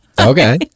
Okay